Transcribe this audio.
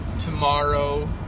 Tomorrow